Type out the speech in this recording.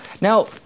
now